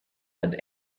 had